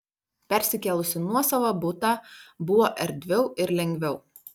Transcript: persikėlus į nuosavą butą buvo erdviau ir lengviau